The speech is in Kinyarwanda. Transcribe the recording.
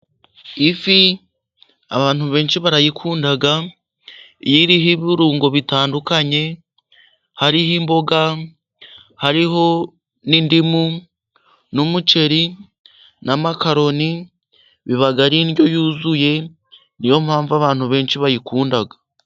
Ifi abantu benshi barayikunda, iyo iriho ibirungo bitandukanye, hariho imboga, hariho n'indimu, n'umuceri na makaroni, biba ari indyo yuzuye, niyompamvu abantu benshi bayikunda.